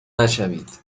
نشوید